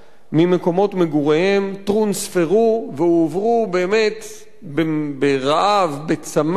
ממקומות מגוריהם, טרונספרו והועברו ברעב, בצמא,